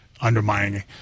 undermining